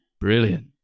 brilliant